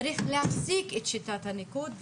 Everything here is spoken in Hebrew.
צריך להפסיק את שיטת הניקוד,